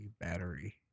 Battery